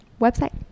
website